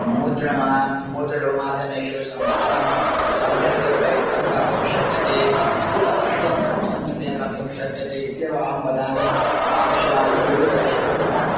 मुद्रणं मुद्रारूपेण माध्यमेषु संस्कृतं सम्यक्तया उपयोक्तुं कर्तुं शक्यते अत्यन्तम् अत्यन्तं सम्यक्तया कर्तुं शक्यते इत्येव अहं वदामि आकाशवाणी दूरदर्शनं तथा